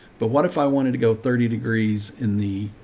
but what if i wanted to go thirty degrees in the,